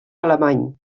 alemany